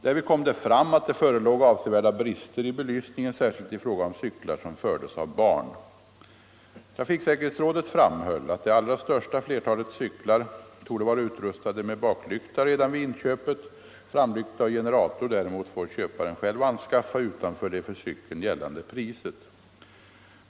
Därvid kom det fram att det förelåg avsevärda brister i belysningen, särskilt i fråga om cyklar som fördes av barn. Trafiksäkerhetsrådet framhöll att det allra största antalet cyklar torde vara utrustade med baklykta redan vid inköpet. Framlykta och generator däremot får köparen själv anskaffa utanför det för cykeln gällande priset.